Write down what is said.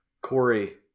Corey